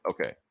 Okay